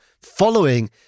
following